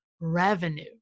revenue